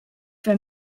for